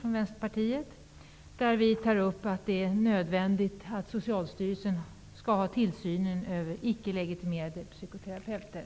I den tar vi upp att det är nödvändigt att Socialstyrelsen skall ha tillsynen över icke legitimerade psykoterapeuter.